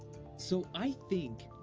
so i think.